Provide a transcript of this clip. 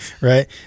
right